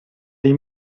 dei